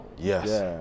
Yes